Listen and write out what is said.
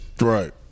Right